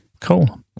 Cool